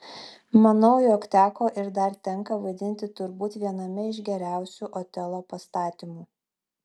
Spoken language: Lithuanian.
manau jog teko ir dar tenka vaidinti turbūt viename iš geriausių otelo pastatymų